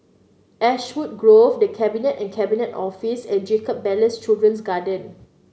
Ashwood Grove The Cabinet and Cabinet Office and Jacob Ballas Children's Garden